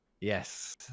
yes